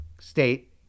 State